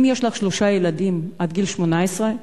אם יש לך שלושה ילדים עד גיל 18,